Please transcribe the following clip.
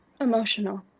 emotional